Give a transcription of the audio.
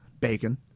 bacon